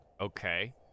Okay